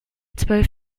zwölf